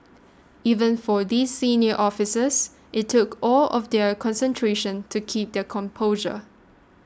even for these senior officers it took all of their concentration to keep their composure